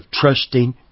trusting